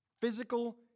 Physical